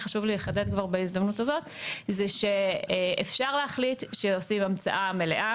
חשוב לי לחדד בהזדמנות הזאת שאפשר להחליט שעושים המצאה מלאה